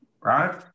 right